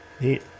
Neat